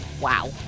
Wow